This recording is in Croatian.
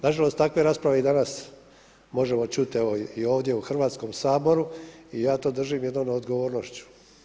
Na žalost, takve rasprave i danas možemo čuti i ovdje u Hrvatskom saboru i ja to držim jednom neodgovornošću.